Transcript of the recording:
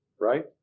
Right